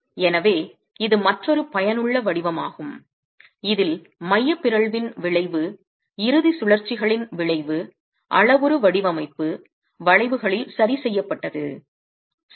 எனவே இது மற்றொரு பயனுள்ள வடிவமாகும் இதில் மைய பிறழ்வின் விளைவு இறுதி சுழற்சிகளின் விளைவு அளவுரு வடிவமைப்பு வளைவுகளில் செய்யப்பட்டது சரி